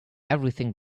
everything